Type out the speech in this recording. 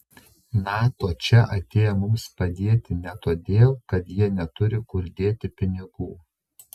nato čia atėjo mums padėti ne todėl kad jie neturi kur dėti pinigų